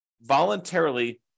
voluntarily